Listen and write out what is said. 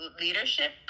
leadership